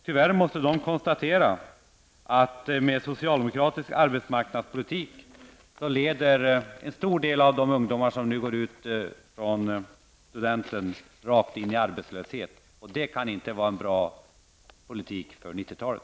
Tyvärr måste jag konstatera att med socialdemokratisk arbetsmarknadspolitik går en stor del av de ungdomar som nu kommer ut från studenten rakt in i arbetslöshet. Det kan inte vara en bra politik för 90-talet.